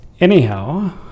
Anyhow